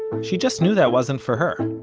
she just knew that wasn't for her.